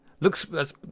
looks